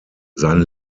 sein